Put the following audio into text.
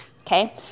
Okay